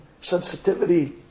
Sensitivity